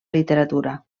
literatura